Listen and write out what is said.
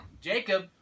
Jacob